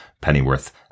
Pennyworth